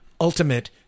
ultimate